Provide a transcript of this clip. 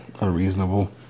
unreasonable